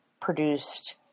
produced